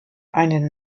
einen